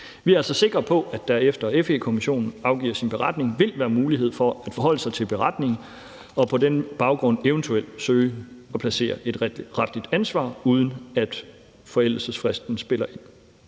Vi er altså sikre på, at der, efter at FE-kommissionen afgiver sin beretning, vil være mulighed for at forholde sig til beretningen og på den baggrund eventuelt søge at placere et retligt ansvar, uden at forældelsesfristen spiller ind.